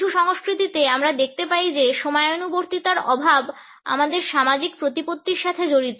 কিছু সংস্কৃতিতে আমরা দেখতে পাই যে সময়ানুবর্তিতার অভাব আমাদের সামাজিক প্রতিপত্তির সাথে জড়িত